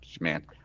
man